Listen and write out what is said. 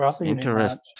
Interesting